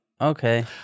Okay